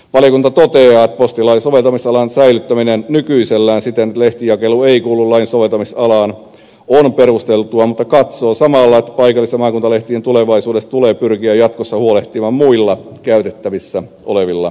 valiokunta toteaa että postilain soveltamisalan säilyttäminen nykyisellään siten että lehtijakelu ei kuulu lain soveltamisalaan on perusteltua mutta katsoo samalla että paikallis ja maakuntalehtien jakelu tulevaisuudessa tulee pyrkiä jatkossa huolehtimaan muilla käytettävissä olevilla keinoilla